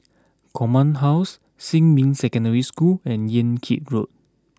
Command House Xinmin Secondary School and Yan Kit Road